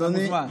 אתה מוזמן.